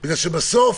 כי בסוף